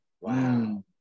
Wow